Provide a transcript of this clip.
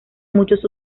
muchos